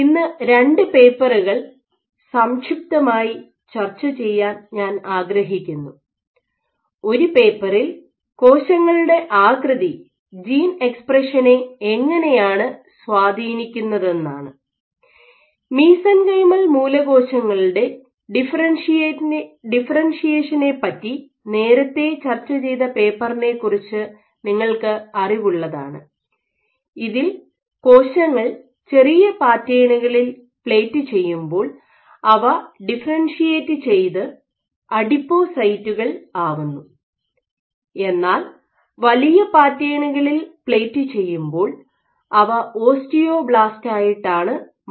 ഇന്ന് രണ്ടു പേപ്പറുകൾ സംക്ഷിപ്തമായി ചർച്ച ചെയ്യാൻ ഞാൻ ആഗ്രഹിക്കുന്നു ഒരു പേപ്പറിൽ കോശങ്ങളുടെ ആകൃതി ജീൻ എക്സ്പ്രഷനെ എങ്ങനെയാണ് സ്വാധീനിക്കുന്നതെന്നാണ് മീസെൻകൈമൽ മൂലകോശങ്ങളുടെ ഡിഫറെൻഷിയേഷനെപറ്റി നേരത്തെ ചർച്ച ചെയ്ത പേപ്പറിനെ കുറിച്ച് നിങ്ങൾക്ക് അറിവുള്ളതാണ് ഇതിൽ കോശങ്ങൾ ചെറിയ പാറ്റേണുകളിൽ പ്ലേറ്റ് ചെയ്യുമ്പോൾ അവ ഡിഫറെൻഷിയേറ്റ് ചെയ്ത് അഡിപ്പോസൈറ്റുകൾ ആവുന്നു എന്നാൽ വലിയ പാറ്റേണുകളിൽ പ്ലേറ്റ് ചെയ്യുമ്പോൾ അവ ഓസ്റ്റിയോബ്ലാസ്റ്റായിട്ടാണ് മാറുന്നത്